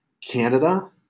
Canada